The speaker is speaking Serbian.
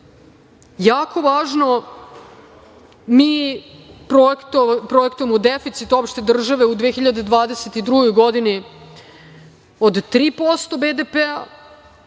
važno, mi projektujemo deficit opšte države u 2022. godini od 3% BDP,